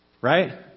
right